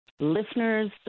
listeners